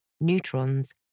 neutrons